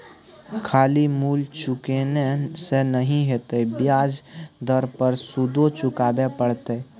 खाली मूल चुकेने से नहि हेतौ ब्याज दर पर सुदो चुकाबे पड़तौ